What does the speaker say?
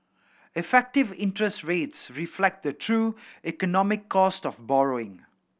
effective interest rates reflect the true economic cost of borrowing